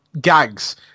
gags